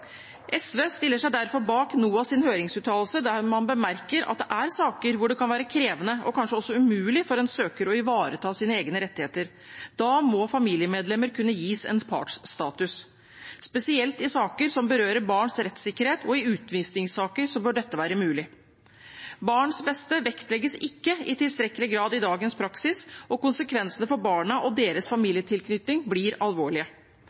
SV stiller seg derfor bak NOAS’ høringsuttalelse der man bemerker at det er saker hvor det kan være krevende og kanskje også umulig for en søker å ivareta sine egne rettigheter. Da må familiemedlemmer kunne gis en partsstatus. Spesielt i saker som berører barns rettssikkerhet og i utvisningssaker bør dette være mulig. Barns beste vektlegges ikke i tilstrekkelig grad i dagens praksis, og konsekvensene for barna og deres familietilknytning blir alvorlige.